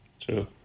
True